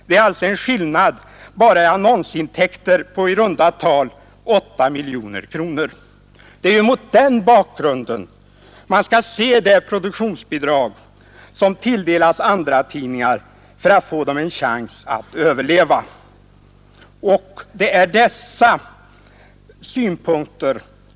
Det är alltså en skillnad bara i annonsintäkter på i runt tal 8 miljoner kronor. Det är mot den bakgrunden man skall se det produktionsbidrag som tilldelas andratidningar för att ge dem en chans att överleva.